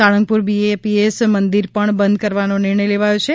Salangpur BAPS મંદિર પણ બંધ કરવાનો નિર્ણય લેવાયો છે